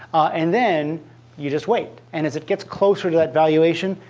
and then you just wait. and as it gets closer to that valuation,